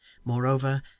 moreover,